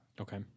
Okay